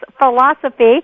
philosophy